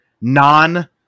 non